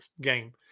game